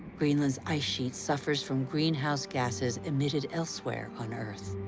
greenland's ice sheet suffers from greenhouse gases emitted elsewhere on earth.